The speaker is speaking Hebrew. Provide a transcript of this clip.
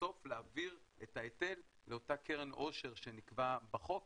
בסוף להעביר את ההיטל לאותה קרן עושר שנקבע בחוק